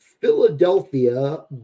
Philadelphia